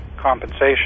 compensation